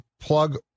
plug